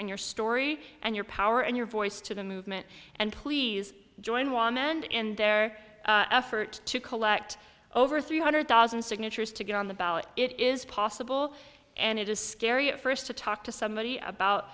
and your story and your power and your voice to the movement and please join one and in their effort to collect over three hundred thousand signatures to get on the ballot it is possible and it is scary at first to to talk somebody about